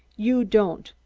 you don't.